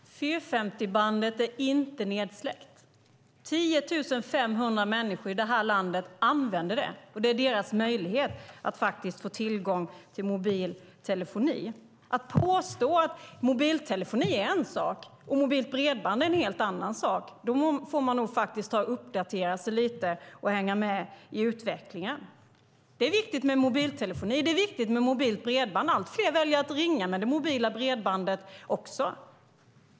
Herr talman! 450-bandet är inte nedsläckt. 10 500 människor i detta land använder det. Det är deras möjlighet att få tillgång till mobil telefoni. Om man påstår att mobiltelefoni är en sak och att mobilt bredband är en helt annan sak får man nog uppdatera sig lite grann och hänga med i utvecklingen. Det är viktigt med mobiltelefoni, och det är viktigt mobilt bredband. Allt fler väljer också att ringa med det mobila bredbandet.